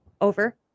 over